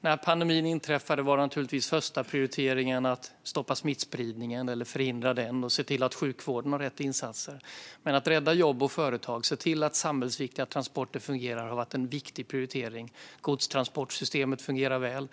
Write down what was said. När pandemin inträffade var naturligtvis den första prioriteringen att stoppa och förhindra smittspridningen och se till att sjukvården hade rätt insatser. Men att rädda jobb och företag och se till att samhällsviktiga transporter fungerar har varit en viktig prioritering. Godstransportsystemet fungerar väl.